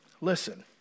listen